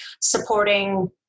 supporting